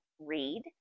read